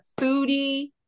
foodie